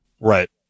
Right